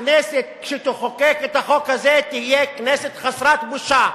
הכנסת, כשתחוקק את החוק הזה, תהיה כנסת חסרת בושה.